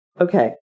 Okay